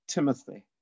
Timothy